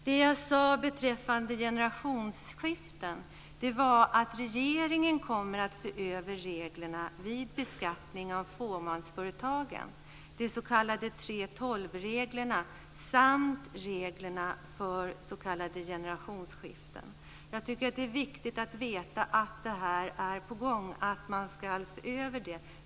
Det som jag sade beträffande generationsskiften var att regeringen kommer att se över reglerna vid beskattning av fåmansföretagen. Det gäller de s.k. 3:12-reglerna samt reglerna för s.k. generationsskiften. Jag tycker att det är viktigt att veta att detta är på gång att ses över.